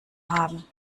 haben